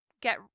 get